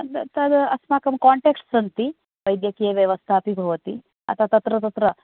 तद् अस्माकं कान्टेक्ट्स् सन्ति वैद्यकीय व्यवस्था अपि भवति अतः तत्र तत्र